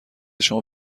شما